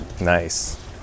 Nice